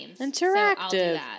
Interactive